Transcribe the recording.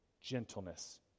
gentleness